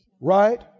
Right